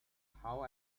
how